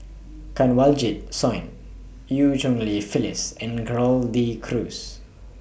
Kanwaljit Soin EU Cheng Li Phyllis and Gerald De Cruz